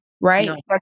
right